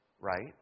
right